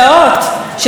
זה כבר לא חדש,